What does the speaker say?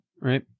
Right